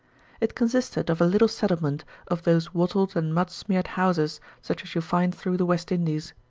it consisted of a little settlement of those wattled and mud-smeared houses such as you find through the west indies.